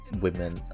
women